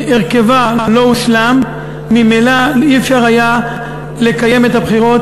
הרכבה לא הושלם, ממילא אי-אפשר לקיים את הבחירות